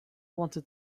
wanted